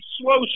slow